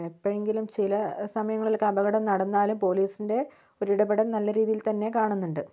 എപ്പോഴെങ്കിലും ചില സമയങ്ങളിലൊക്കെ അപകടം നടന്നാലും പോലീസിൻ്റെ ഒരിടപെടൽ നല്ല രീതിയിൽ തന്നെ കാണുന്നുണ്ട്